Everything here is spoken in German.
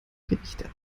gerichte